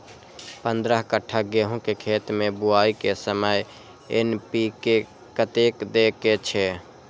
पंद्रह कट्ठा गेहूं के खेत मे बुआई के समय एन.पी.के कतेक दे के छे?